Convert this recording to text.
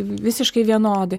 visiškai vienodai